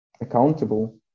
accountable